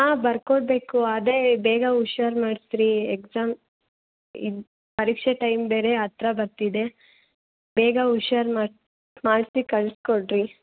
ಆಂ ಬರ್ಕೊಡಬೇಕು ಅದೇ ಬೇಗ ಹುಷಾರ್ ಮಾಡಿಸ್ರಿ ಎಕ್ಸಾಮ್ ಇದೆ ಪರೀಕ್ಷೆ ಟೈಮ್ ಬೇರೆ ಹತ್ರ ಬರ್ತಿದೆ ಬೇಗ ಹುಷಾರ್ ಮಾಡ್ಸಿ ಮಾಡಿಸಿ ಕಳ್ಸಿ ಕೊಡಿರಿ